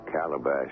calabash